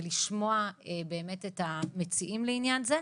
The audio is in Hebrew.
ולשמוע באמת את המציעים לעניין זה.